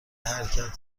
حرکت